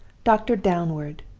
doctor downward!